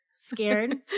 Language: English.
Scared